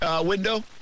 window